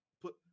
put